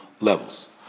levels